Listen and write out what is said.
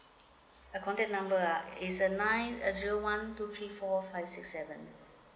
uh the contact number uh is uh nine zero one two three four five six seven